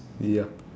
ya